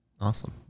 Awesome